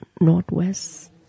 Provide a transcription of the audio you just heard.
northwest